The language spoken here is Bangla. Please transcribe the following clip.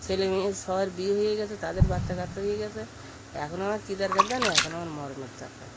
ছেলে মেয়ের সবার বিয়ে হয়ে গিয়েছে তাদের বাচ্চা কাচ্চা হয়ে গিয়েছে এখন আমার কী দারকার জান না এখনও আমার মরণের দরকার